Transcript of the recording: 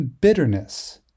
bitterness